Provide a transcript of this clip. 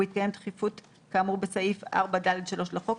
ובהתקיים דחיפות כאמור בסעיף 4(ד)(3) לחוק,